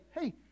Hey